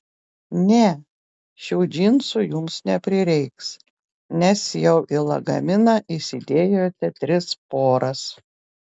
ne šių džinsų jums neprireiks nes jau į lagaminą įsidėjote tris poras